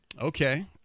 Okay